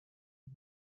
درب